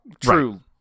true